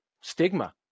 stigma